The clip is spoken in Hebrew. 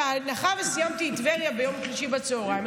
שבהנחה שסיימתי את טבריה ביום שלישי בצוהריים,